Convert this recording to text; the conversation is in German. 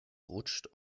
rutscht